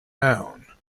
noun